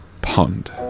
pond